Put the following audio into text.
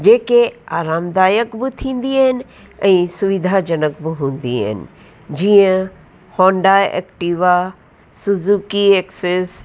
जेके आरामदायक बि थींदी आहिनि ऐं सुविधाजनक बि हूंदी आहिनि जीअं होण्डा एक्टिवा सुज़ूकी एक्सिस